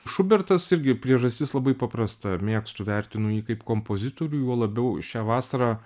šubertas irgi priežastis labai paprasta mėgstu vertinu jį kaip kompozitorių juo labiau šią vasarą